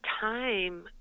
time